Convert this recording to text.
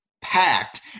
packed